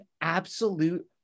absolute